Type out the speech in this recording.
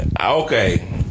Okay